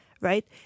right